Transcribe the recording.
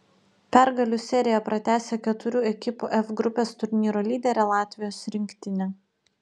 pergalių seriją pratęsė keturių ekipų f grupės turnyro lyderė latvijos rinktinė